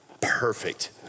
perfect